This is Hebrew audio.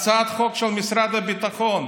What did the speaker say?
הצעת חוק של משרד הביטחון,